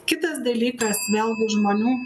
kitas dalykas vėl bus žmonių